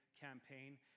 campaign